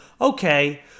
Okay